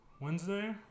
Wednesday